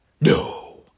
No